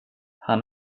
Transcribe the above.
han